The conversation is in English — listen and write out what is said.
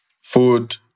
food